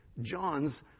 John's